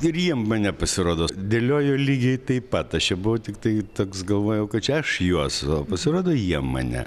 ir jie mane pasirodo dėliojo lygiai taip pat aš čia buvau tiktai toks galvojau kad čia aš juos o pasirodo jie mane